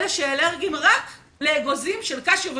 אלה שאלרגיים רק לאגוזים של קשיו ופיסטוק.